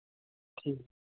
ठीक